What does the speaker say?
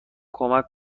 کمک